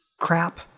crap